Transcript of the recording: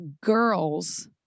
girls